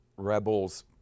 Rebels